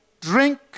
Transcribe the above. drink